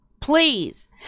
please